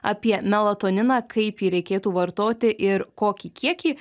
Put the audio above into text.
apie melatoniną kaip jį reikėtų vartoti ir kokį kiekį